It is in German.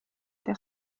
der